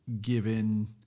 given